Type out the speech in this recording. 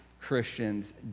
Christians